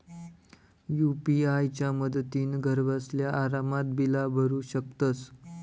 UPI च्या मदतीन घरबसल्या आरामात बिला भरू शकतंस